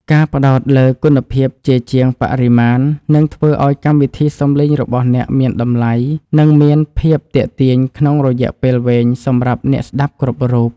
ការផ្តោតលើគុណភាពជាជាងបរិមាណនឹងធ្វើឱ្យកម្មវិធីសំឡេងរបស់អ្នកមានតម្លៃ និងមានភាពទាក់ទាញក្នុងរយៈពេលវែងសម្រាប់អ្នកស្តាប់គ្រប់រូប។